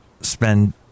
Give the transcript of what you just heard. spend